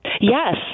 Yes